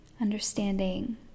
understanding